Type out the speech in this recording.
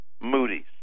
Moody's